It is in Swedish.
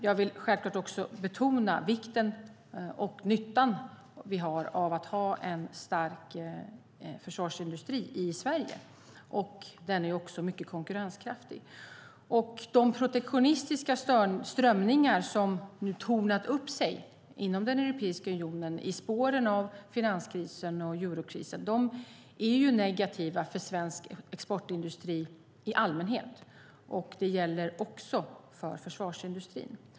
Jag vill självklart också betona vikten av och den nytta vi har av att ha en stark försvarsindustri i Sverige. Den är också mycket konkurrenskraftig. De protektionistiska strömningar som nu har tornat upp sig inom Europeiska unionen i spåren av finanskrisen och eurokrisen är negativa för svensk exportindustri i allmänhet. Det gäller också för försvarsindustrin.